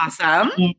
Awesome